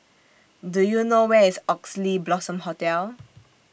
Do YOU know Where IS Oxley Blossom Hotel